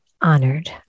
honored